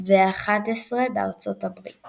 ו-11 בארצות הברית